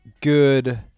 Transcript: good